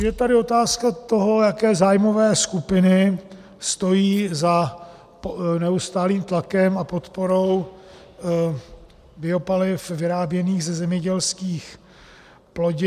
Je tady otázka toho, jaké zájmové skupiny stojí za neustálým tlakem a podporou biopaliv vyráběných ze zemědělských plodin.